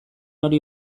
hori